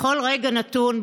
בכל רגע נתון,